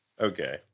Okay